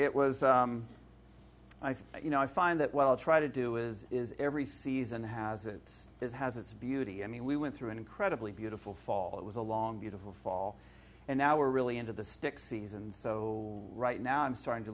it was i think you know i find that while trying to do is is every season has its it has its beauty i mean we went through an incredibly beautiful fall it was a long beautiful fall and now we're really into the stick season so right now i'm starting to